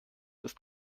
ist